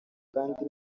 kandi